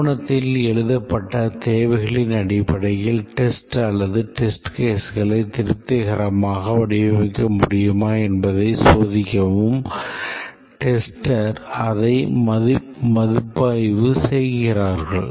ஆவணத்தில் எழுதப்பட்ட தேவைகளின் அடிப்படையில் test அல்லது test caseகளை திருப்திகரமாக வடிவமைக்க முடியுமா என்பதை சோதிக்கவும் tester அதை மதிப்பாய்வு செய்கிறார்கள்